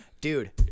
Dude